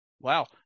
Wow